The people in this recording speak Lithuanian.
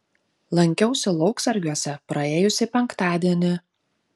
lankiausi lauksargiuose praėjusį penktadienį